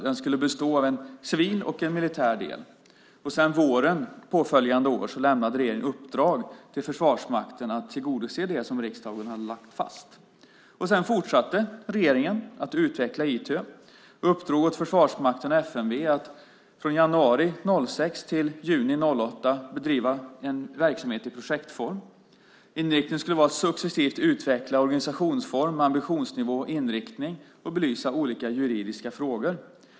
Den skulle bestå av en civil och en militär del. Våren påföljande år lämnade regeringen uppdrag till Försvarsmakten att tillgodose det som riksdagen hade lagt fast. Sedan fortsatte regeringen att utveckla ITÖ och uppdrog åt Försvarsmakten och FMV att från 2006 till juni 2008 bedriva en verksamhet i projektform. Enheten skulle successivt utveckla organisationsform, ambitionsnivå och inriktning och belysa olika juridiska frågor.